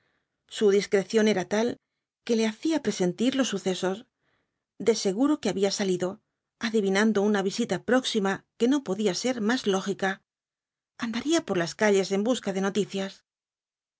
su discreción era tal que le hacía presentir los sucesos de seguro que había salido adivinando una visita próxima que no podía ser más lógica andaría por las calles en busca de noticias